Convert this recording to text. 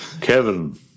Kevin